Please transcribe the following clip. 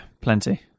plenty